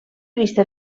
vista